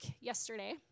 yesterday